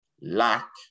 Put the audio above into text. lack